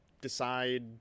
decide